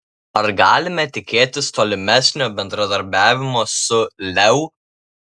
ar galime tikėtis tolimesnio bendradarbiavimo su leu